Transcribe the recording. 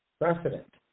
Precedent